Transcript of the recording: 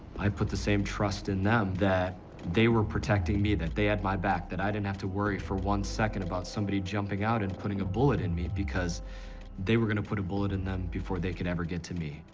i put the same trust in them that they were protecting me, that they had my back, that i didn't have to worry for one second about somebody jumping out and putting a bullet in me because were gonna put a bullet in them before they could ever get to me.